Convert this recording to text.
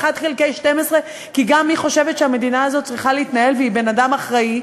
חלקי 12 כי גם היא חושבת שהמדינה הזו צריכה להתנהל והיא בן-אדם אחראי.